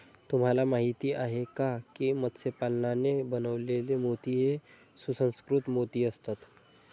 तुम्हाला माहिती आहे का की मत्स्य पालनाने बनवलेले मोती हे सुसंस्कृत मोती असतात